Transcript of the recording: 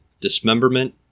dismemberment